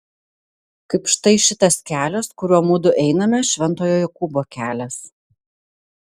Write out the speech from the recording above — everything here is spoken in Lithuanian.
kaip štai šitas kelias kuriuo mudu einame šventojo jokūbo kelias